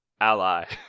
Ally